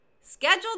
Schedule